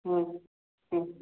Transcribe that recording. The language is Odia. ହୁଁ ହୁଁ